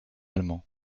allemand